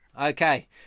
Okay